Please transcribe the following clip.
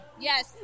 Yes